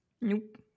Nope